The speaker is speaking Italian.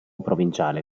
provinciale